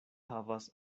havas